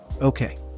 Okay